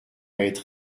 être